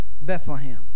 Bethlehem